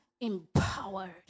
Empowered